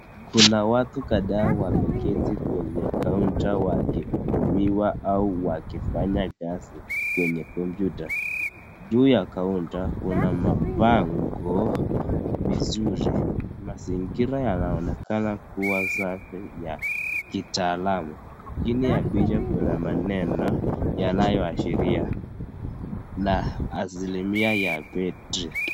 Kuna watu kadhaa wameketi kwenye kaunta wakihudumiwa au wakifanya kazi kwenye kompyuta. Juu ya kaunta, kuna mabango vizuri. Mazingira yanaonekana kuwa safi ya kitaalamu. Chini ya picha kuna maneno yanayoashiria na asilimia ya battery .